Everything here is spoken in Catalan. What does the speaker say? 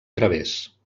través